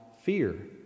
fear